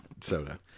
soda